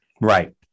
Right